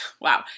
Wow